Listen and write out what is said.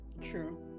True